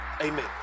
Amen